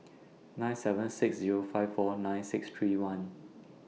nine seven six Zero five four nine six three one